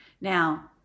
Now